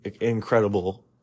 incredible